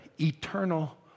eternal